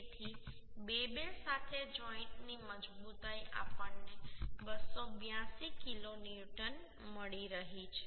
તેથી 2 2 સાથે જોઈન્ટ ની મજબૂતાઈ આપણને 282 કિલોન્યુટન મળી રહી છે